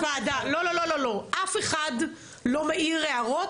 בוועדה: אף אחד לא מעיר הערות,